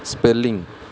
spelling